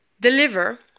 deliver